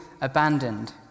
abandoned